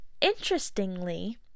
interestingly